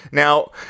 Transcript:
Now